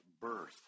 birth